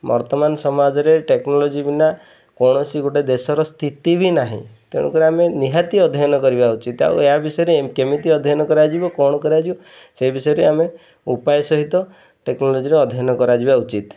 ବର୍ତ୍ତମାନ ସମାଜରେ ଟେକ୍ନୋଲୋଜି ବିନା କୌଣସି ଗୋଟେ ଦେଶର ସ୍ଥିତି ବି ନାହିଁ ତେଣୁକରି ଆମେ ନିହାତି ଅଧ୍ୟୟନ କରିବା ଉଚିତ୍ ଆଉ ଏହା ବିଷୟରେ କେମିତି ଅଧ୍ୟୟନ କରାଯିବ କ'ଣ କରାଯିବ ସେ ବିଷୟରେ ଆମେ ଉପାୟ ସହିତ ଟେକ୍ନୋଲୋଜିରେ ଅଧ୍ୟୟନ କରାଯିବା ଉଚିତ